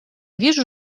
вижу